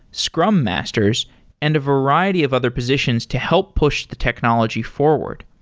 scrum masters and a variety of other positions to help push the technology forward.